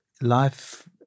life